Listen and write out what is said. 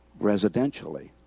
residentially